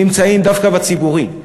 נמצאים דווקא בציבורי.